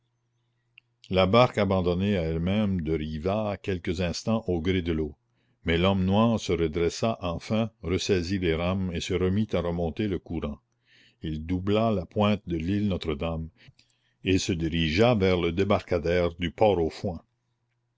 la barque abandonnée à elle-même dériva quelques instants au gré de l'eau mais l'homme noir se redressa enfin ressaisit les rames et se remit à remonter le courant il doubla la pointe de l'île notre-dame et se dirigea vers le débarcadère du port au foin